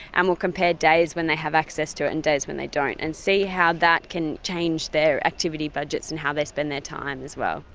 and we will compare days when they have access to it and days when they don't and see how that can change their activity budgets and how they spend their time as well.